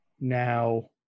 Now